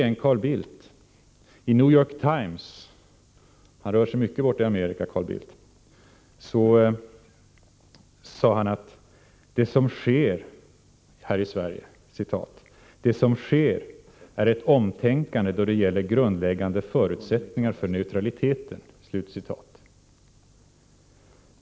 Men Carl Bildt sade i New York Times — han rör sig mycket borta i Amerika — att det som sker här i Sverige ”är ett omtänkande då det gäller grundläggande förutsättningar för neutraliteten”.